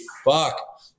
fuck